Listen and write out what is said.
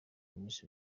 miss